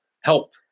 help